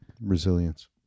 resilience